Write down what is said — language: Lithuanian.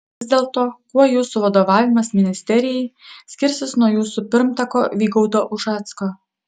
vis dėlto kuo jūsų vadovavimas ministerijai skirsis nuo jūsų pirmtako vygaudo ušacko